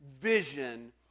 vision